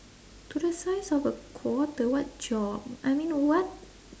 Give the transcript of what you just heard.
to the size of a quarter what job I mean what